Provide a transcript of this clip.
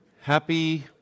Happy